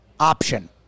Option